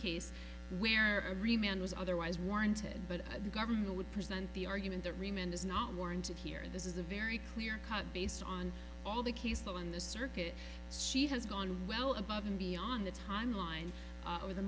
case where every man was otherwise warranted but a governor would present the argument that remained is not warranted here this is a very clear cut based on all the case law on the circuit she has gone well above and beyond the timeline or the